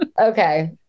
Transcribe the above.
okay